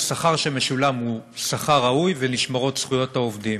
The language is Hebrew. השכר שמשולם הוא שכר ראוי ונשמרות זכויות העובדים.